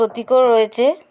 প্রতীকও রয়েছে